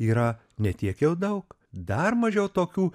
yra ne tiek jau daug dar mažiau tokių